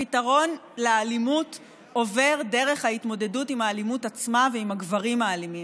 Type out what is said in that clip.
הפתרון לאלימות עובר דרך ההתמודדות עם האלימות עצמה ועם הגברים האלימים.